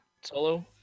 Solo